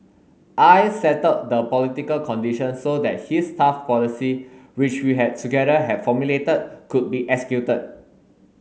I settled the political conditions so that his tough policy which we had together have formulated could be executed